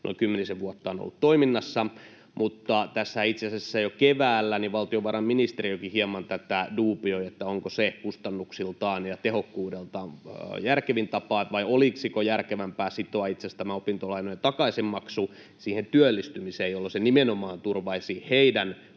kymmenisen vuotta on ollut toiminnassa. Itse asiassa jo keväällä valtiovarainministeriökin tätä hieman duubioi, onko se kustannuksiltaan ja tehokkuudeltaan järkevin tapa vai olisiko järkevämpää sitoa itse asiassa tämä opintolainojen takaisinmaksu siihen työllistymiseen, jolloin se nimenomaan turvaisi niiden opintolainoja,